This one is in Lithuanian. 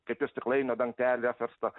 kaip ir stiklainio dangtelį apverstą